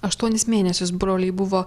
aštuonis mėnesius broliai buvo